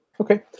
Okay